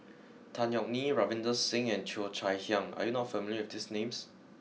Tan Yeok Nee Ravinder Singh and Cheo Chai Hiang are you not familiar with these names